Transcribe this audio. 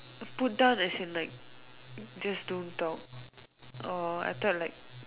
put down as in like just don't talk or I thought like